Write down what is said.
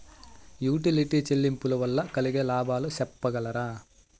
Utility చెల్లింపులు వల్ల కలిగే లాభాలు సెప్పగలరా?